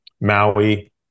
Maui